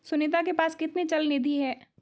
सुनीता के पास कितनी चल निधि है?